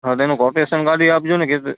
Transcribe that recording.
હા તેનું ક્વોટેસન કાઢી આપજો ને